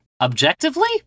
Objectively